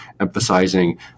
emphasizing